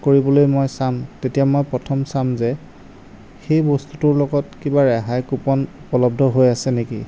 কৰিবলৈ মই চাম তেতিয়া মই প্ৰথম চাম যে সেই বস্তুটোৰ লগত কিবা ৰেহাই কুপন উপলব্ধ হৈ আছে নেকি